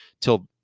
till